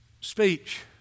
speech